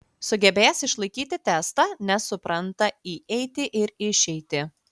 sugebės išlaikyti testą nes supranta įeitį ir išeitį